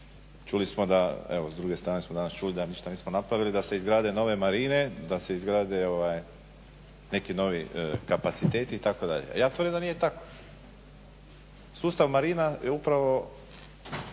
čuli smo da evo, s druge strane smo danas čuli da ništa nismo napravili da se izgrade nove marine, da se izgrade neki novi kapaciteti itd. Ja tvrdim da nije tako. Sustav marina upravo